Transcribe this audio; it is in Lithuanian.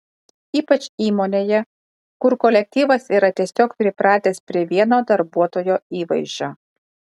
ypač įmonėje kur kolektyvas yra tiesiog pripratęs prie vieno darbuotojo įvaizdžio